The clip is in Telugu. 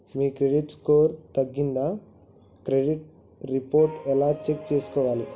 మీ క్రెడిట్ స్కోర్ తగ్గిందా క్రెడిట్ రిపోర్ట్ ఎలా చెక్ చేసుకోవాలి?